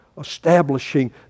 Establishing